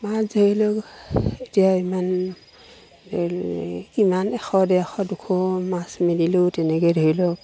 মাছ ধৰি লওক এতিয়া ইমান ধৰি লওক এই কিমান এশ ডেৰশ দুশ মাছ মেলিলেও তেনেকৈ ধৰি লওক